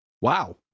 Wow